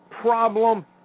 problem